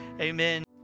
amen